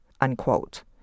unquote